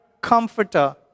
comforter